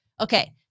okay